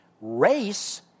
Race